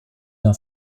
d’un